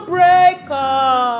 Breaker